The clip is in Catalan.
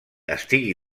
estigui